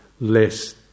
less